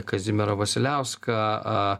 kazimierą vasiliauską